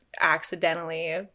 accidentally